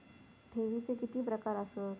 ठेवीचे कितके प्रकार आसत?